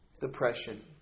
depression